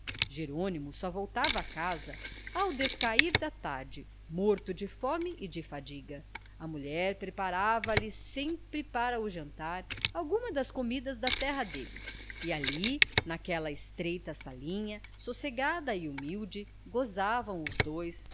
jerônimo só voltava a casa ao descair da tarde morto de fome e de fadiga a mulher preparava lhe sempre para o jantar alguma das comidas da terra deles e ali naquela estreita salinha sossegada e humilde gozavam os dois